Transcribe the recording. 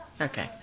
Okay